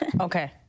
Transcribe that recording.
okay